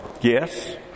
yes